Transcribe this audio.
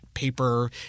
paper